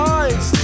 eyes